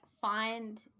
find